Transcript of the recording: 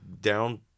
down